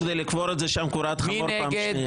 כדי לקבור את זה שם קבורת חמור פעם שנייה?